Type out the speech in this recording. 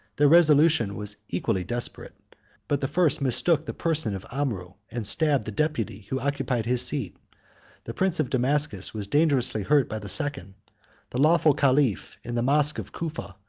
their resolution was equally desperate but the first mistook the person of amrou, and stabbed the deputy who occupied his seat the prince of damascus was dangerously hurt by the second the lawful caliph, in the mosch of cufa,